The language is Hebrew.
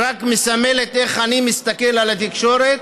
הוא רק מסמל איך אני מסתכל על התקשורת